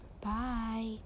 bye